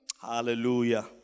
Hallelujah